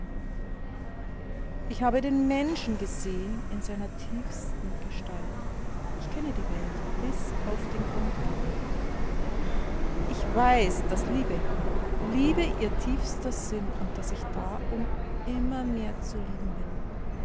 ich habe den menschen gesehn in seiner tiefsten gestalt ich kenne die welt bis auf den grundgehalt ich weiß daß liebe liebe ihr tiefster sinn und daß ich da um immer mehr zu lieben bin